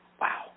Wow